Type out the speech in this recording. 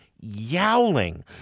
yowling